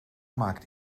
maakt